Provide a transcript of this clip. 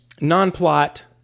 non-plot